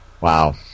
Wow